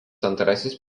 antrasis